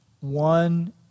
one